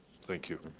thank you.